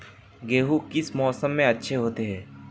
गेहूँ किस मौसम में अच्छे होते हैं?